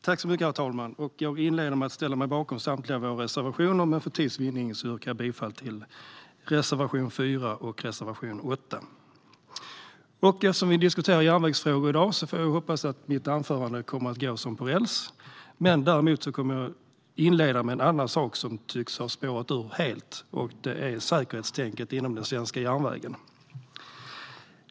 Herr talman! Jag vill inleda med att ställa mig bakom samtliga våra reservationer, men för tids vinnande yrkar jag bifall endast till reservationerna 4 och 8. Eftersom vi diskuterar järnvägsfrågor i dag får jag hoppas att mitt anförande kommer att gå som på räls, men jag kommer att inleda med något annat, som tycks ha spårat ur helt: säkerhetstänket inom den svenska järnvägen.